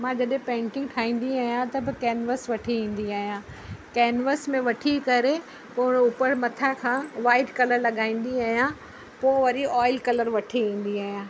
मां जॾहिं पेंटिंग ठाहींदी आहियां त बि कैनवस वठी ईंदी आहियां कैनवस में वठी करे पोइ ऊपर मथां खां वाइट कलर लॻाईंदी आहियां पोइ वरी ऑयल कलर वठी ईंदी आहियां